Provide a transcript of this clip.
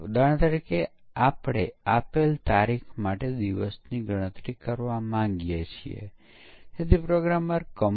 ઉદાહરણ તરીકે કોઈ ચોક્કસ મૂલ્યોનો વિશિષ્ટ સમૂહ એકબીજા સાથે યોગ્ય રીતે બદલાશે નહીં